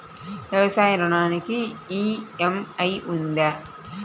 వ్యవసాయ ఋణానికి ఈ.ఎం.ఐ ఉందా?